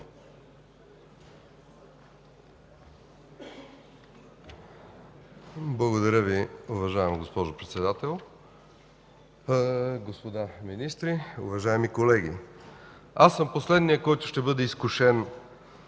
Благодаря Ви. Уважаема госпожо Председател, господа министри, уважаеми колеги! Аз съм последният, който ще бъде изкушен